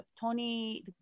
Tony